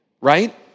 Right